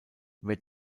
wer